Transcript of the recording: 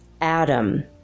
Adam